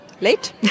late